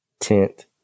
Tent